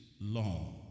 long